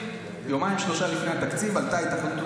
יומיים-שלושה לפני התקציב עלתה התאחדות